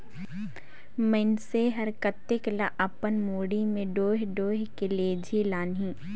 मइनसे हर कतेक ल अपन मुड़ी में डोएह डोएह के लेजही लानही